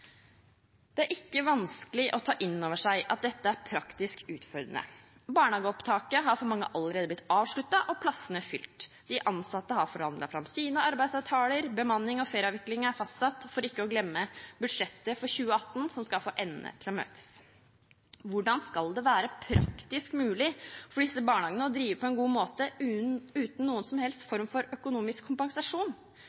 Det er ikke vanskelig å ta inn over seg at dette er praktisk utfordrende. Barnehageopptaket er for mange allerede avsluttet og plassene fylt, de ansatte har forhandlet fram sine arbeidsavtaler, og bemanning og ferieavvikling er fastsatt, for ikke å glemme budsjettet for 2018, som skal få endene til å møtes. Hvordan skal det være praktisk mulig for disse barnehagene å drive på en god måte uten noen som helst